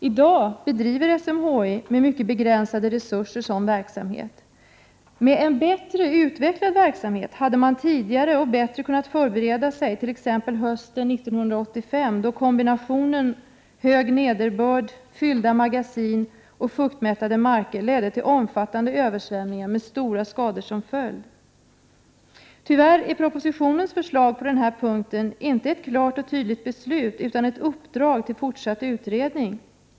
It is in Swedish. I dag bedriver SMHI, med mycket begränsade resurser, sådan verksamhet. Med en bättre utvecklad verksamhet hade man tidigare och bättre kunnat förbereda sig, 95 t.ex. hösten 1985, då kombinationen hög nederbörd, fyllda magasin och fuktmättade marker ledde till omfattande översvämningar med stora skador som följd. Tyvärr är propositionens förslag på den här punkten inte ett klart och tydligt ställningstagande utan ett uppdrag till fortsatt utredning.